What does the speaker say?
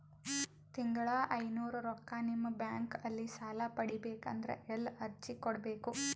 ತಿಂಗಳ ಐನೂರು ರೊಕ್ಕ ನಿಮ್ಮ ಬ್ಯಾಂಕ್ ಅಲ್ಲಿ ಸಾಲ ಪಡಿಬೇಕಂದರ ಎಲ್ಲ ಅರ್ಜಿ ಕೊಡಬೇಕು?